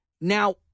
Now